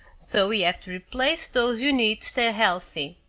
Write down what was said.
so we have to replace those you need stay healthy.